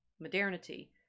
modernity